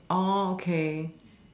oh okay